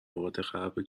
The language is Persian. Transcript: آبادغرب